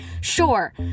sure